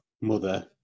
mother